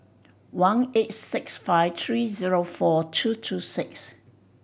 one eight six five three zero four two two six